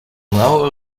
our